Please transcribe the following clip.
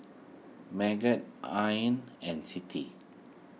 Megat Ain and Siti